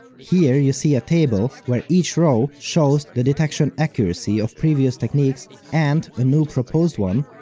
here you see a table where each row shows the detection accuracy of previous techniques and a new proposed one,